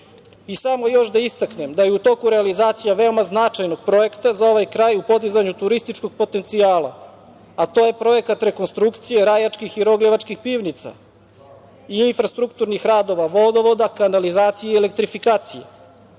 još da istaknem da je u toku realizacija veoma značajnog projekta za ovaj kraj u podizanju turističkog potencijala, a to je projekat rekonstrukcije Rajačkih i Rogljevačkih pivnica i infrastrukturnih radova, vodovoda, kanalizacije i elektrifikacije.